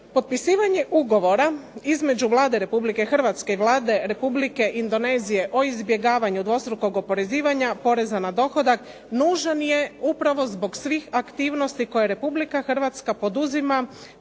Potpisivanje Ugovora između Vlade Republike Hrvatske i Vlade Republike Indonezije o izbjegavanju dvostrukog oporezivanja poreza na dohodak nužan je upravo zbog svih aktivnosti koje Republika Hrvatska poduzima